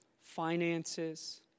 finances